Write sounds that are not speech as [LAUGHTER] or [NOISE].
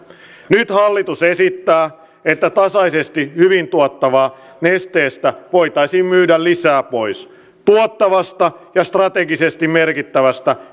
nyt hallitus esittää että tasaisesti hyvin tuottavasta nesteestä voitaisiin myydä lisää pois tuottavasta ja strategisesti merkittävästä [UNINTELLIGIBLE]